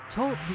Talk